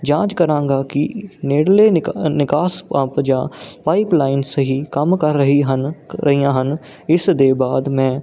ਜਾਂਚ ਕਰਾਂਗਾ ਕਿ ਨੇੜਲੇ ਨਿਕ ਨਿਕਾਸ ਪੰਪ ਜਾਂ ਪਾਈਪਲਾਈਨ ਸਹੀ ਕੰਮ ਕਰ ਰਹੀ ਹਨ ਰਹੀਆਂ ਹਨ ਇਸ ਦੇ ਬਾਅਦ ਮੈਂ